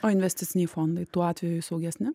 o investiciniai fondai tuo atveju saugesni